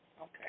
Okay